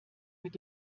mit